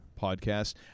podcast